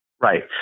Right